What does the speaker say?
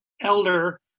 elder